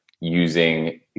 using